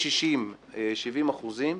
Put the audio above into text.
מ-60% 70%